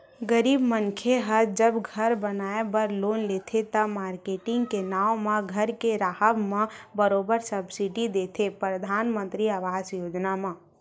गरीब मनखे ह जब घर बनाए बर लोन देथे त, मारकेटिंग के नांव म घर के राहब म बरोबर सब्सिडी देथे परधानमंतरी आवास योजना म